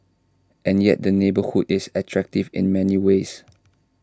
and yet the neighbourhood is attractive in many ways